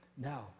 Now